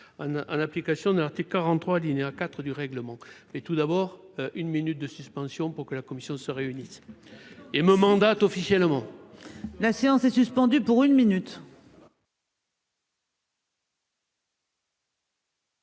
l'application de l'article 43 alinéa 4 du règlement, et tout d'abord une minute de suspension pour que la commission se réunisse. Et me mandatent officiellement. La séance est suspendue pour une minute.